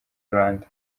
rwanda